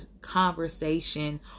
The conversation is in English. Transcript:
conversation